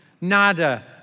nada